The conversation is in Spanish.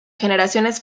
generaciones